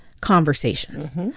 conversations